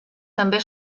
també